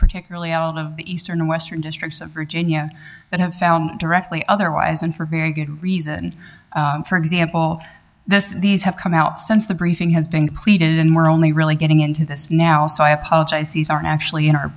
particularly out of the eastern and western districts of virginia that have directly otherwise and for very good reason for example this these have come out since the briefing has been cleated and we're only really getting into this now so i apologize these aren't actually